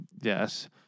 Yes